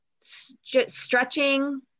Stretching